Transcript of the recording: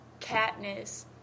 Katniss